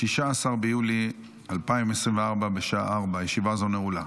16 ביולי 2024, בשעה 16:00. ישיבה זו נעולה.